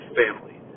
family